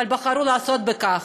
אבל בחרו לעשות כך,